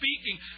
speaking